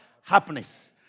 Happiness